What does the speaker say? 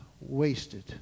wasted